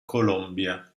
colombia